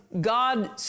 God